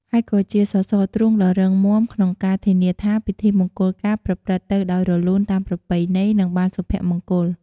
ហើយក៏ជាសសរទ្រូងដ៏រឹងមាំក្នុងការធានាថាពិធីមង្គលការប្រព្រឹត្តទៅដោយរលូនតាមប្រពៃណី និងបានសុភមង្គល។